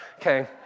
Okay